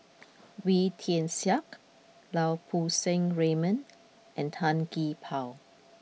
Wee Tian Siak Lau Poo Seng Raymond and Tan Gee Paw